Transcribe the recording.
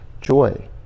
joy